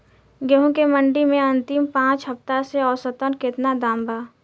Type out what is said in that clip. गेंहू के मंडी मे अंतिम पाँच हफ्ता से औसतन केतना दाम बा?